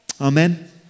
Amen